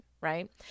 right